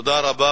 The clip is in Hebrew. תודה רבה.